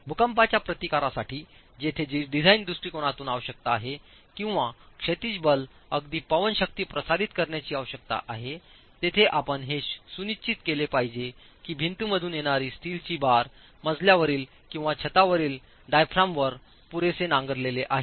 भूकंपाच्या प्रतिकारासाठी जेथे डिझाइन दृष्टीकोनातून आवश्यकता आहे किंवा क्षैतिज बल अगदी पवन शक्ती प्रसारित करण्याची आवश्यकता आहे तेथे आपण हे सुनिश्चित केले पाहिजे की भिंती मधून येणारी स्टीलची बार मजल्यावरील किंवा छतावरील डायाफ्रामवर पुरेसे नांगरलेला आहे